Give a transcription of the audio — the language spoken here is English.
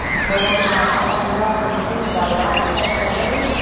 spurred on by an anti-american speech by the ayatollah khomeini,